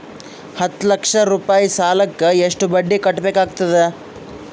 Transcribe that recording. ಹತ್ತ ಲಕ್ಷ ರೂಪಾಯಿ ಸಾಲಕ್ಕ ಎಷ್ಟ ಬಡ್ಡಿ ಕಟ್ಟಬೇಕಾಗತದ?